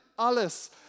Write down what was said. alles